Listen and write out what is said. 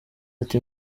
ati